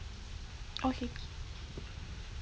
okay